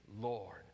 Lord